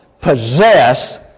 possess